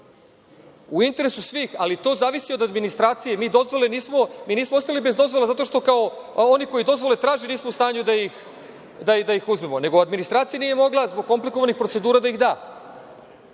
U interesu svih, ali to zavisi od administracije. Mi nismo ostali bez dozvola zato što nismo u stanju da ih uzmemo, nego administracija nije mogla, zbog komplikovanih procedura, da ih da.